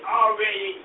already